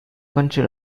country